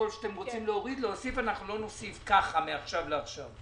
אבל להוסיף אנחנו לא נוסיף מעכשיו לעכשיו.